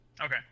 Okay